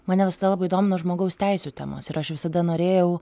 mane visada labai domino žmogaus teisių temos ir aš visada norėjau